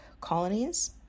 colonies